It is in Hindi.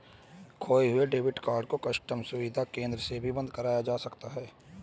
खोये हुए डेबिट कार्ड को कस्टम सुविधा केंद्र से भी बंद कराया जा सकता है